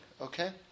okay